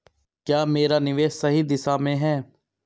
क्या मेरा निवेश सही दिशा में है?